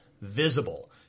visible